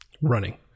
running